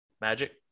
Magic